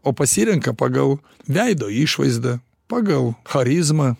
o pasirenka pagal veido išvaizdą pagal charizmą